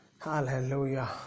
Hallelujah